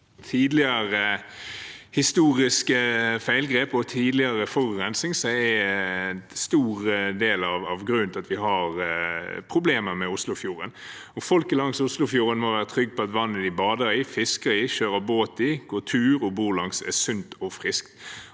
tidligere historiske feilgrep og tidligere forurensning som er en stor del av grunnen til at vi har problemer med Oslofjorden. Folket langs Oslofjorden må være trygge på at vannet de bader i, fisker i, kjører båt i og går tur og bor langs, er sunt og friskt,